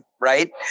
right